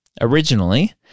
originally